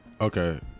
Okay